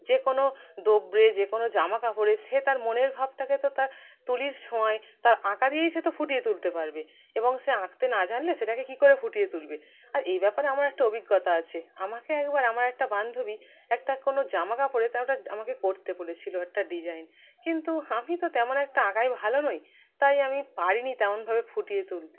যে কোনো যে কোনো জামাকাপড়ে সে তার মনের ভাবটাকে তো তার তুলির ছোঁয়ায় তার আঁকা দিয়েই সে তো ফুটিয়ে তুলতে পারবে এবং সে আঁকতে না জানলে সেটাকে কী করে ফুটিয়ে তুলবে আর এই ব্যাপারে আমার একটা অভিজ্ঞতা আছে আমাকে একবার আমার একটা বান্ধবী একটা কোনো জামাকাপড়ে তার ওটা আমাকে করতে বলেছিল একটা ডিজাইন কিন্তু আমি তো তেমন একটা আঁকায় ভালো নই তাই আমি পারিনি তেমনভাবে ফুটিয়ে তুলতে